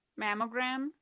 mammogram